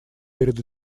перед